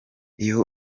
iyo